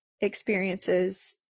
experiences